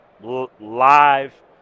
live